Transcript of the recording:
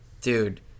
dude